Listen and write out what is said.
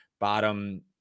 bottom